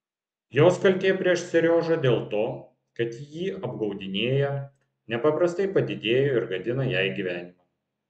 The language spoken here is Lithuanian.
jos kaltė prieš seriožą dėl to kad jį apgaudinėja nepaprastai padidėjo ir gadina jai gyvenimą